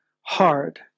hard